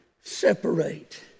separate